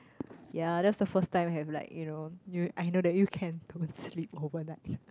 ya that's the first time I have like you know you I know you can don't sleep overnight